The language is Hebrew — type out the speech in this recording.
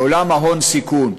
בעולם ההון-סיכון,